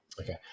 okay